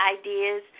ideas